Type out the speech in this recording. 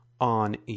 on